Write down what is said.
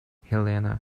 helena